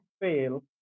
fail